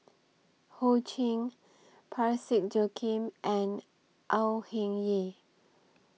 Ho Ching Parsick Joaquim and Au Hing Yee